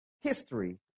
history